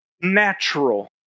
natural